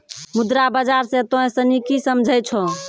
मुद्रा बाजार से तोंय सनि की समझै छौं?